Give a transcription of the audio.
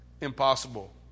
impossible